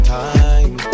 time